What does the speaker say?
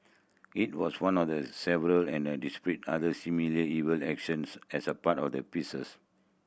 it was one of the several and a other similarly evil actions as a part of the pieces